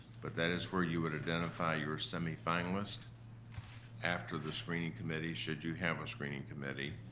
but that is for you would identify your semifinalist after the screening committee should you have a screening committee,